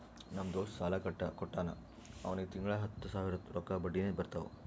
ನಮ್ ದೋಸ್ತ ಸಾಲಾ ಕೊಟ್ಟಾನ್ ಅವ್ನಿಗ ತಿಂಗಳಾ ಹತ್ತ್ ಸಾವಿರ ರೊಕ್ಕಾ ಬಡ್ಡಿನೆ ಬರ್ತಾವ್